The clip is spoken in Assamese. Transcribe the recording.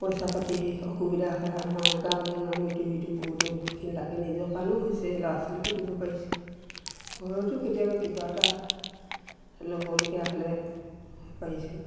পইচা পাতি অসুবিধা হয় আমাৰ গাঁৱলীয়া মানুহ ইটো সিটো কৰোঁতে বহুতখিনি লাগে নিজৰ কাৰণো হৈছে ল'ৰ ছোৱালীকো দিব পাৰিছোঁ ঘৰতো কেতিয়াবা কিবা এটা ল'বলগীয়া হ'লে পাৰিছোঁ